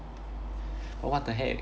but what the heck